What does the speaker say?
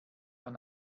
man